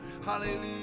Hallelujah